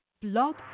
Blog